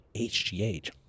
HGH